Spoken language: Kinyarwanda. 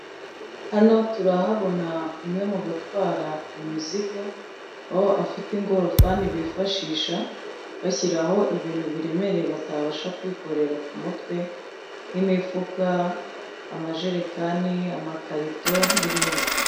Hano turahabona umwe mu batwara imizigo aho afite ingorofani bifashisha bashyiraho ibintu biremereye batabasha kwikorera ku mutwe nk'imifuka, amajerekani, amakarito n'ibindi.